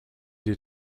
they